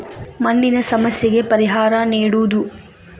ಮಣ್ಣಿನ ಸಮಸ್ಯೆಗೆ ಪರಿಹಾರಾ ನೇಡುದು